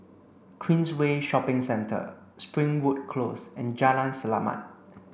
Queensway Shopping Centre Springwood Close and Jalan Selamat